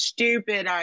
Stupid